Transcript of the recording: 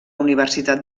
universitat